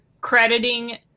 crediting